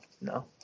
no